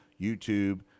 youtube